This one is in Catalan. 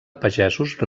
pagesos